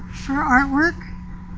sure art work.